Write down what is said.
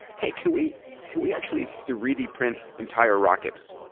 hey, can we can we actually three d print entire rockets?